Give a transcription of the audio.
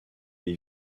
des